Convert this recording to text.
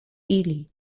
ili